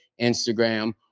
Instagram